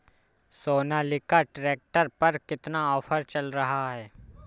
Sonalika tractor पर कितना offer चल रहा है?